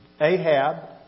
Ahab